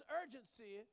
urgency